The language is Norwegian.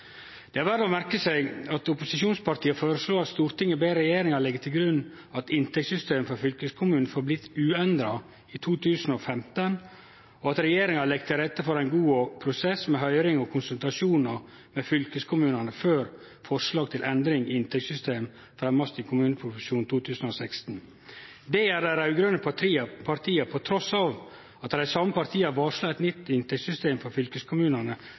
Det er verdt å merke seg at opposisjonspartia føreslår: «Stortinget ber regjeringen legge til grunn at inntektssystemet for fylkeskommunene forblir uendret i 2015, og at regjeringen legger til rette for en god prosess, med høring og konsultasjoner med fylkeskommunene før forslag til endringer i inntektssystemet fremmes i kommuneproposisjonen for 2016.» Dette gjer dei raud-grøne partia trass i at dei same partia varsla eit nytt inntektssystem for